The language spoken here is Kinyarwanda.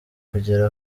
kugera